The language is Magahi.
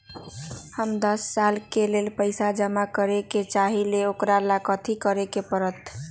हम दस साल के लेल पैसा जमा करे के चाहईले, ओकरा ला कथि करे के परत?